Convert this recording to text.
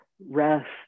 rest